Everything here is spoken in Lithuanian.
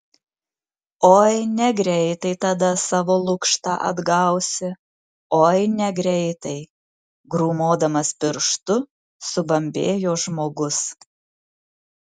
oi negreitai tada savo lukštą atgausi oi negreitai grūmodamas pirštu subambėjo žmogus